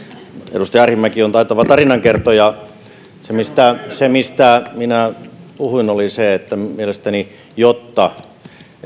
edustaja arhinmäki on taitava tarinankertoja se mistä se mistä minä puhuin oli se että mielestäni jotta